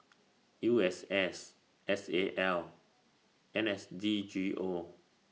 U S S S A L N S D G O